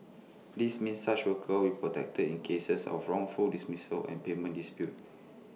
this means such workers will protected in cases of wrongful dismissals and payment disputes